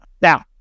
Now